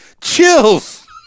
Chills